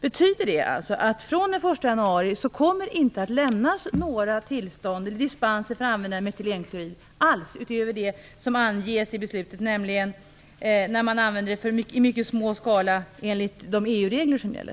Betyder det att det från den 1 januari inte kommer att lämnas några tillstånd eller dispenser alls för användning av metylenklorid utöver vad som anges i beslutet, nämligen att tillstånd eller dispens kan ges när det är fråga om användning i mycket liten skala enligt de EU-regler som gäller?